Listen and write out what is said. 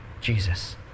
Jesus